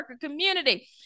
community